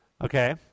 okay